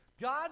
god